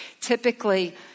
typically